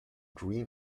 green